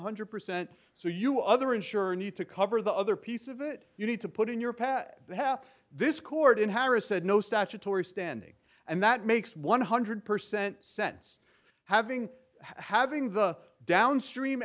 hundred percent so you other insurer need to cover the other piece of it you need to put in your path to how this court in harris said no statutory standing and that makes one hundred percent sense having having the downstream